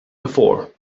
before